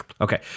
Okay